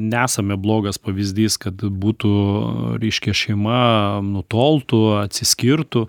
nesame blogas pavyzdys kad būtų reiškia šeima nutoltų atsiskirtų